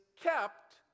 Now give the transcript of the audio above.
kept